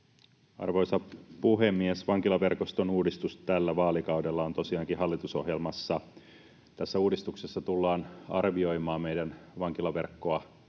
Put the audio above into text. Arvoisa puhemies! Vankilaverkoston uudistus tällä vaalikaudella on tosiaankin hallitusohjelmassa. Tässä uudistuksessa tullaan arvioimaan meidän vankilaverkkoa